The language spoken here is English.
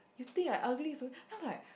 you think I ugly also then I'm like